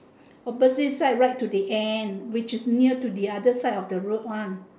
opposite side right to the end which is near to the other side of the road one